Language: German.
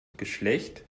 geschlecht